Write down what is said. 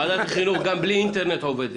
ועדת החינוך גם בלי אינטרנט עובדת.